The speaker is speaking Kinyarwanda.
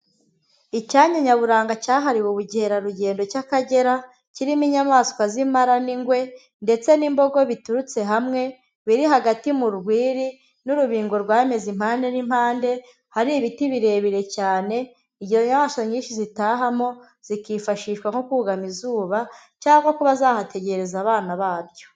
Icyanya nyaburanga cyahariwe ubukerarugendo cy'Akagera, kirimo inyamaswa z'impara n'ingwe, ndetse n'imbogo biturutse hamwe, biri hagati mu rwiri, n'urubingo rwameze impande n'impande, hari ibiti birebire cyane, izo nyamaswa nyinshi zitahamo, zikifashishwa nko kugama izuba, cyangwa kuba zahategereza abana babyo.